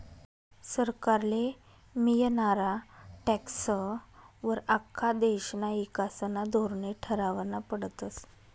सरकारले मियनारा टॅक्सं वर आख्खा देशना ईकासना धोरने ठरावना पडतस